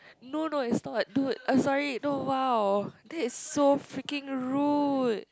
no no it's not dude I'm sorry no !wow! that's so freaking rude